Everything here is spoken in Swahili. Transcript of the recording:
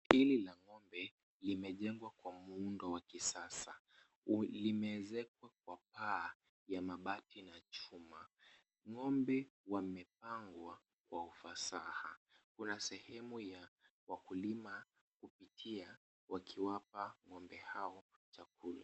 Dini la ng'ombe limejengwa kwa muundo wa kisasa, limeezekwa kwa paa la mabati na chuma. Ng'ombe wamepangwa kwa ufasaha. Kuna sehemu ya wakulima kupitia wakiwapa ng'ombe hawa chakula.